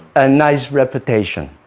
a nice reputation,